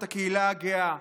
את הקהילה הגאה.